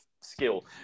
skill